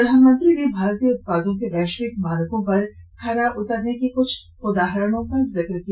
प्रधानमंत्री ने भारतीय उत्पादों के वैश्विक मानकों पर खरा उतरने के कुछ उदाहरणों का जिक्र किया